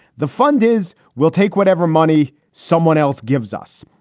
the fund is. we'll take whatever money someone else gives us.